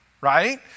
right